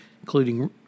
including